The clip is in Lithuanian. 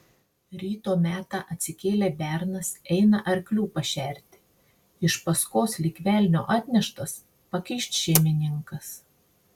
ryto metą atsikėlė bernas eina arklių pašerti iš paskos lyg velnio atneštas pakyšt šeimininkas